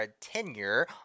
tenure